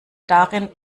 darin